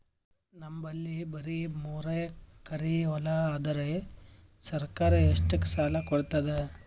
ನಮ್ ಬಲ್ಲಿ ಬರಿ ಮೂರೆಕರಿ ಹೊಲಾ ಅದರಿ, ಸರ್ಕಾರ ಇಷ್ಟಕ್ಕ ಸಾಲಾ ಕೊಡತದಾ?